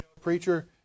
preacher